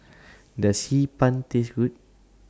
Does Hee Pan Taste Good